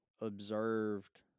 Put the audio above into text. observed